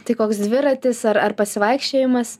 tai koks dviratis ar ar pasivaikščiojimas